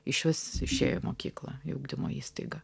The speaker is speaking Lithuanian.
išvis išėjo į mokyklą į ugdymo įstaigą